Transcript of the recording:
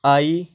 I